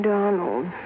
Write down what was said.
Donald